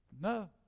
no